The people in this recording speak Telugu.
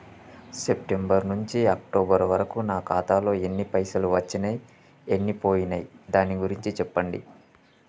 సెప్టెంబర్ నుంచి అక్టోబర్ వరకు నా ఖాతాలో ఎన్ని పైసలు వచ్చినయ్ ఎన్ని పోయినయ్ దాని గురించి చెప్పండి?